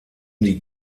die